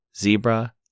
zebra